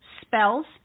spells